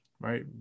right